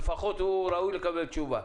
הוא, לפחות, ראוי לקבל תשובה.